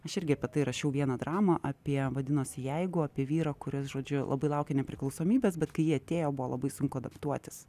aš irgi apie tai rašiau vieną dramą apie vadinosi jeigu apie vyrą kuris žodžiu labai laukė nepriklausomybės bet kai ji atėjo buvo labai sunku adaptuotis